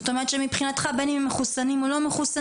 זאת אומרת שמבחינתך בין אם הם מחוסנים או לא מחוסנים,